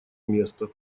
место